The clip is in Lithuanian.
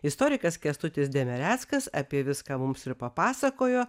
istorikas kęstutis demereckas apie viską mums ir papasakojo